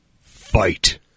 Fight